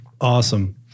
Awesome